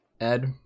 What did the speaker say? Ed